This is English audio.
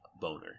boner